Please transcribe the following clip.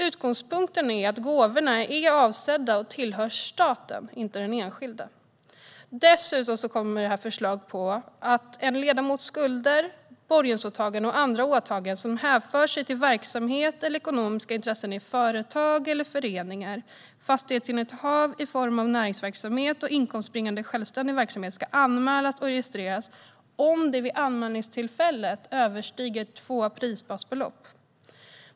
Utgångspunkten är att gåvorna är avsedda för och tillhör staten, inte den enskilde. Dessutom kommer det här förslag på att en ledamots skulder, borgensåtaganden och andra åtaganden som hänför sig till verksamhet eller ekonomiska intressen i företag och föreningar, fastighetsinnehav i form av näringsverksamhet och inkomstbringande självständig verksamhet ska anmälas och registreras om de vid anmälningstillfället överstiger två prisbasbelopp.